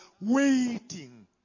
waiting